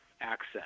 access